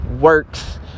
works